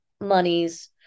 monies